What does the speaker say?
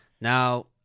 Now